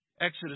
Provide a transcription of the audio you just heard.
Exodus